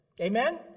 Amen